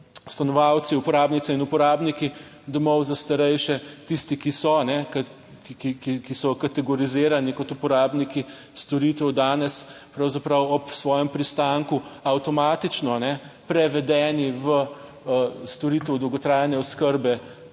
stanovalci, uporabnice in uporabniki domov za starejše, tisti, ki so ki so kategorizirani kot uporabniki storitev, danes pravzaprav ob svojem pristanku avtomatično prevedeni v storitev dolgotrajne oskrbe